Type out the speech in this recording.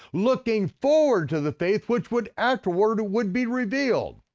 looking forward to the faith which would afterword would be revealed.